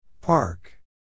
Park